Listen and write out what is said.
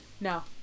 No